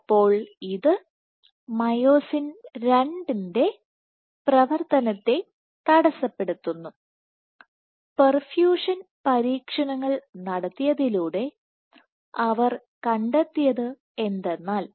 അപ്പോൾ ഇത് myosin II പ്രവർത്തനത്തെ തടസ്സപ്പെടുത്തുന്നു പെർഫ്യൂഷൻ പരീക്ഷണങ്ങൾ നടത്തിയതിലൂടെ അവർ കണ്ടെത്തിയത് എന്തെന്നാൽ